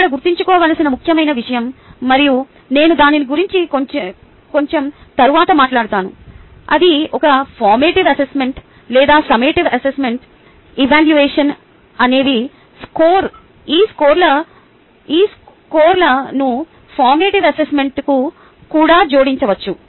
ఇక్కడ గుర్తుంచుకోవలసిన ముఖ్యమైన విషయం మరియు నేను దాని గురించి కొంచెం తరువాత మాట్లాడుతాను అది ఒక ఫార్మేటివ్ అసెస్మెంట్ లేదా సమ్మటివ్ అసెస్మెంట్ ఎవాల్యువేషన్ అనేవి స్కోర్ ఈ స్కోర్లను ఫార్మేటివ్ అసెస్మెంట్కు కూడా జోడించవచ్చు